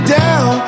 down